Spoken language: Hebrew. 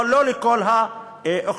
אבל לא לכל האוכלוסייה.